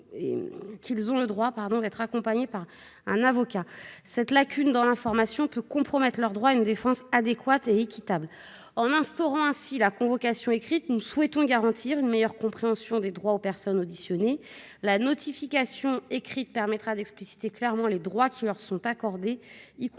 Cette lacune peut compromettre leur droit à une défense adéquate et équitable. En instaurant une convocation écrite, nous souhaitons garantir une meilleure compréhension des droits aux personnes auditionnées. La notification écrite permettra d'expliciter clairement les droits qui leur sont accordés, y compris